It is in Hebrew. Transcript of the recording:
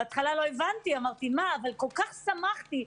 בהתחלה לא הבנתי, אבל כל כך שמחתי.